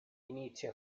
inizia